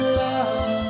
love